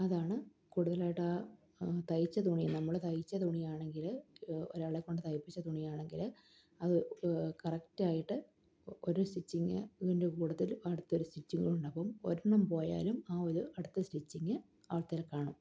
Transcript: അതാണ് കൂടുതലായിട്ട് ആ തയ്ച്ച തുണി നമ്മള് തയ്ച്ച തുണിയാണെങ്കില് ഒരാളെക്കൊണ്ട് തയ്പ്പിച്ച തുണിയാണെങ്കില് അത് കറക്റ്റായിട്ട് ഒരു സ്റ്റിച്ചിങ് ഇതിൻ്റെ കൂട്ടത്തില് അടുത്തൊരു സ്റ്റിച്ചിങ്ങുണ്ട് അപ്പം ഒരെണ്ണം പോയാലും ആ ഒരു അടുത്ത സ്റ്റിച്ചിങ്ങ് അവിടെത്തന്നെ കാണും